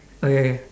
okay